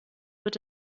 wird